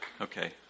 Okay